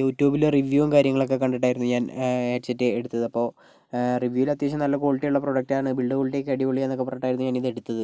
യൂട്യൂബിലെ റിവ്യൂ കാര്യങ്ങളൊക്കെ കണ്ടിട്ടായിരുന്നു ഞാൻ ഹെഡ്സെറ്റ് എടുത്തത് അപ്പോൾ റിവ്യൂയിൽ അത്യാവശ്യം നല്ല ക്വാളിറ്റി ഉള്ള പ്രോഡക്റ്റാണ് ബിൽഡ് ക്വാളിറ്റി ഒക്കെ അടിപൊളിയാണ് എന്നൊക്കെ പറഞ്ഞിട്ടാണ് ഞാൻ എടുത്തത്